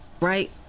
right